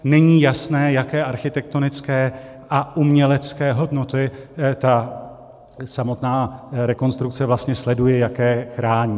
Není jasné, jaké architektonické a umělecké hodnoty ta samotná rekonstrukce vlastně sleduje, jaké chrání.